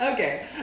Okay